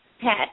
pet